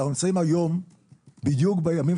אנחנו נמצאים היום בדיוק בימים